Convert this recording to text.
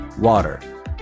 Water